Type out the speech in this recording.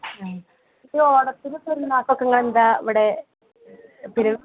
ആ ഈ ഓണത്തിനും പെരുനാക്കും ഒക്കെ നിങ്ങളെന്താണ് ഇവിടെ പിരി